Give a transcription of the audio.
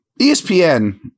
ESPN